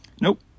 Nope